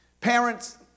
Parents